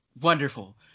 wonderful